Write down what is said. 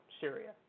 Syria